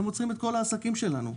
הם עוצרים את כל העסקים שלנו.